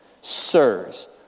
Sirs